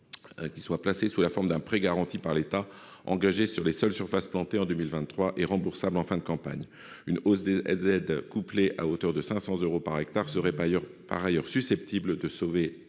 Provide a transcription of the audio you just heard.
qu'il soit placé sous la forme d'un prêt garanti par l'État, engagé sur les seules surfaces plantées en 2023 et remboursable en fin de campagne, une hausse des ZZ couplé à hauteur de 500 euros par hectare serait ailleurs par ailleurs susceptible de sauver